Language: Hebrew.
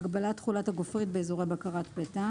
"הגבלת תכולת הגופרית באזורי בקרת פליטה